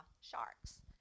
sharks